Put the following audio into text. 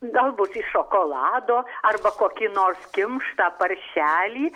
galbūt iš šokolado arba kokį nors kimštą paršelį